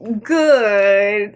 good